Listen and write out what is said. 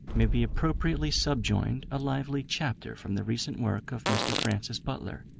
may be appropriately subjoined a lively chapter from the recent work of mr. francis butler,